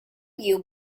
you